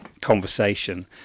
conversation